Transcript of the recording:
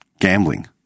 gambling